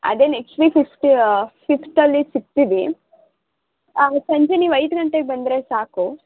ಅದೇ next week fifth ಫಿಫ್ತಲ್ಲಿ ಸಿಗ್ತೀನಿ ಆಂ ಸಂಜೆ ನೀವು ಐದು ಗಂಟೆಗೆ ಬಂದರೆ ಸಾಕು